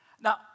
Now